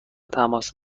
تماس